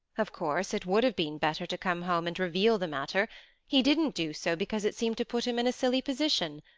of course it would have been better to come home and reveal the matter he didn't do so because it seemed to put him in a silly position.